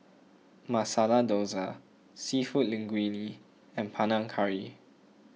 Masala Dosa Seafood Linguine and Panang Curry